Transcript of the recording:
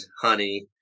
honey